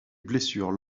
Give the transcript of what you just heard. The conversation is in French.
blessures